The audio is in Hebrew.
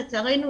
לצערנו,